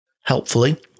Helpfully